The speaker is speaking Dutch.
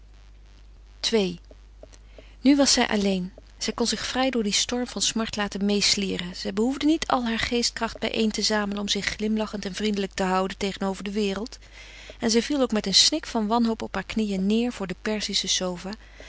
ii nu was zij alleen zij kon zich vrij door dien storm van smart laten meêslieren zij behoefde niet al haar geestkracht bijeen te zamelen om zich glimlachend en vriendelijk te houden tegenover de wereld en zij viel ook met een snik van wanhoop op haar knieën neêr voor de